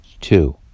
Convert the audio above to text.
Two